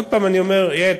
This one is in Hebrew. עוד פעם אני אומר: יעל,